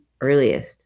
earliest